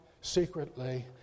secretly